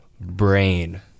Brain